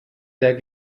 der